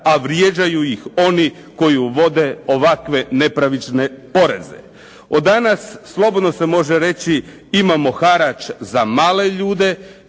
a vrijeđaju ih oni koji vode ovakve nepravične poreze. Od danas slobodno se može reći imamo harač za male ljude